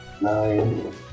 nine